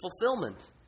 fulfillment